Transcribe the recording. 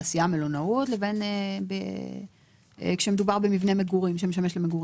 תעשיה ומלונאות ומה היקף המבנים הנטושים כשמדובר במבנה שמשמש למגורים?